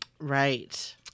Right